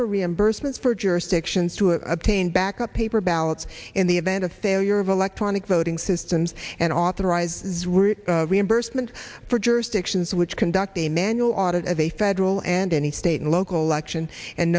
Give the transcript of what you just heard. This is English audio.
for reimbursement for jurisdictions to obtain backup paper ballots in the event of failure of electronic voting systems and authorize zrich reimbursement for jurisdictions which conduct a manual audit of a federal and any state and local